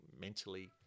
mentally